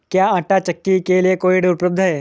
क्या आंटा चक्की के लिए कोई ऋण उपलब्ध है?